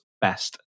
best